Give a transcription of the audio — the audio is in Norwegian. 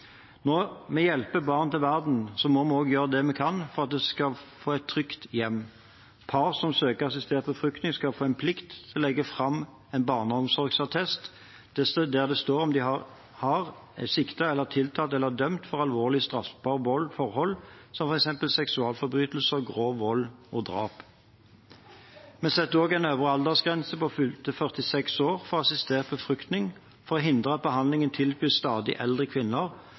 barn til verden, må vi også gjøre det vi kan for at de skal få et trygt hjem. Par som søker assistert befruktning, skal få en plikt til å legge fram en barneomsorgsattest der det står om de er siktet, tiltalt eller dømt for alvorlige straffbare forhold, som f.eks. seksualforbrytelser, grov vold og drap. Vi setter også en øvre aldersgrense på fylte 46 år for assistert befruktning for å hindre at behandlingen tilbys stadig eldre kvinner